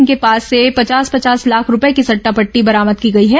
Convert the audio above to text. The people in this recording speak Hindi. इनके पास से पचास पचास लाख रूपये की सट्टा पटटी बरामद की गई है